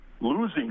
losing